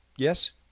Yes